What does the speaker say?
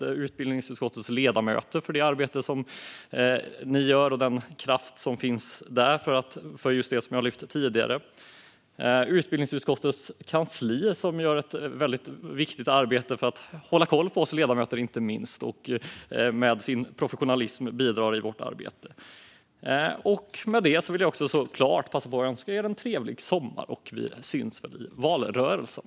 Jag tackar utbildningsutskottets ledamöter för det arbete som ni utför och för den kraft som finns där just för det som jag har lyft fram tidigare. Jag tackar utbildningsutskottets kansli, som gör ett väldigt viktigt arbete, inte minst för att hålla koll på oss ledamöter, och med sin professionalism bidrar till vårt arbete. Med detta vill jag också såklart passa på att önska er en trevlig sommar. Vi syns väl i valrörelsen!